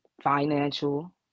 financial